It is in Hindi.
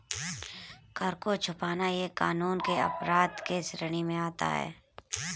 कर को छुपाना यह कानून के अपराध के श्रेणी में आता है